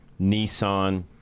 Nissan